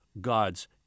God's